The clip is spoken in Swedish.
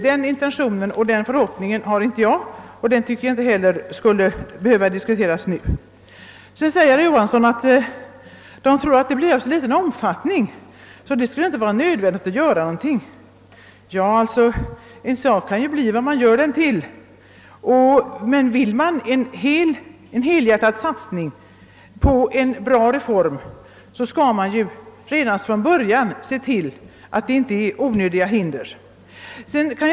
Den förhoppningen har inte jag, och jag tycker inte heller att detta skulle behöva diskuteras nu. Vidare säger herr Johansson att han tror att den föreslagna reformen blir av så liten omfattning att det inte skulle vara nödvändigt att göra någonting. En sak kan ju bli vad man gör den till. Men vill man göra en helhjärtad satsning på en bra reform skall man redan från början se till att det inte föreligger några onödiga hinder.